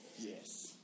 Yes